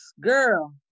girl